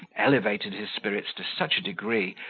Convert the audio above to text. elevated his spirits to such a degree,